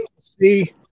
see